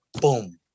boom